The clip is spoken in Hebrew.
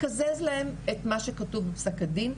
מקזז להם את מה שכתוב בפסק הדין,